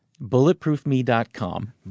Bulletproofme.com